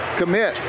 commit